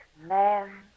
Man